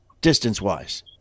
distance-wise